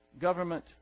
Government